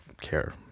care